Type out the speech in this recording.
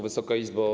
Wysoka Izbo!